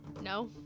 No